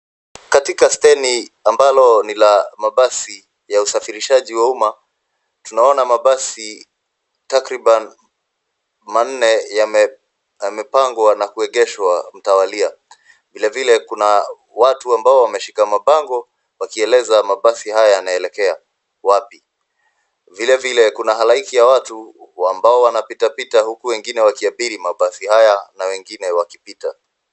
Katika steni ambalo ni la mabasi ya usafirishaji wa umma, tunaona mabasi takriban manne yamepangwa na kuegeshwa mtawalia. Vilevile kuna watu ambao wameshika mabango wakieleza mabasi hayo yanaelekea wapi. Vilevile kuna halaiki ya watu ambao wanapitapita huku wengine wakiabiri mabasi haya na wengine wakipita.